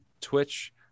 Twitch